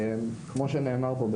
כמו שנאמר פה,